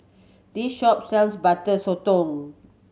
this shop sells Butter Sotong